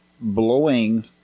blowing